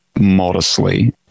modestly